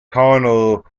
colonel